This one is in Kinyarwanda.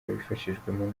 abifashijwemo